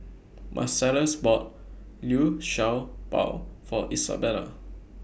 Marcellus bought Liu Sha Bao For Isabela